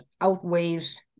outweighs